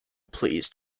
please